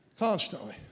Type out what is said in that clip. Constantly